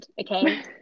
okay